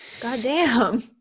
Goddamn